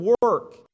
work